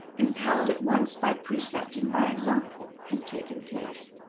impelled at once by precept and by example, had taken place.